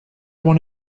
want